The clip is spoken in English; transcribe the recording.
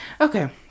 Okay